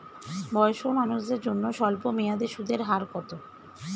বয়স্ক মানুষদের জন্য স্বল্প মেয়াদে সুদের হার কত?